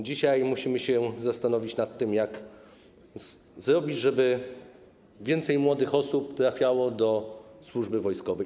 Dzisiaj musimy się zastanowić nad tym, co zrobić, żeby więcej młodych osób trafiało do służby wojskowej.